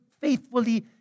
faithfully